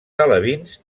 alevins